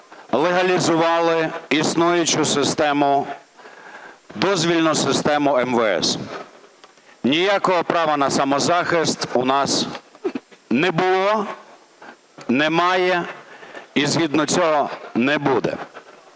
легалізували існуючу систему, дозвільну систему МВС. Ніякого права на самозахист у нас не було, немає і згідно цього не буде.